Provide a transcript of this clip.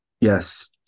Yes